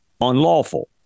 unlawful